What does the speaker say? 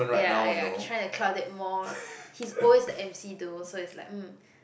ya ya try to cloud it more he's always the emcee though so it's like um